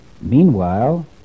Meanwhile